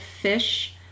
fish